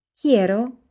Quiero